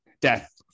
Death